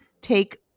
take